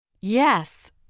Yes